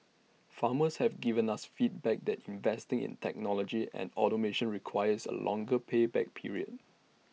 farmers have given us feedback that investing in technology and automation requires A longer pay back period